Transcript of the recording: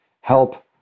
help